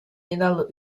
yeniden